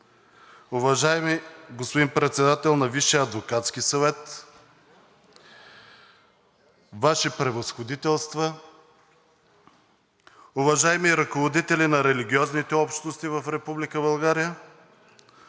уважаеми господин Председател на Висшия адвокатски съвет, Ваши Превъзходителства, уважаеми ръководители на религиозните общности в